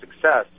success